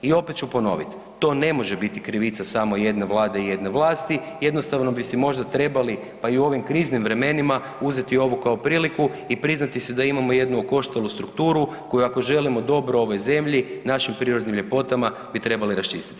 I opet ću ponoviti to ne može biti krivica samo jedne vlade i jedne vlasti, jednostavno bi si možda trebali pa i u ovim kriznim vremenima uzeti ovo kao priliku i priznati si da imamo jednu okoštalu strukturu koju ako želimo dobro ovoj zemlji, našim prirodnim ljepotama bi trebali raščistiti.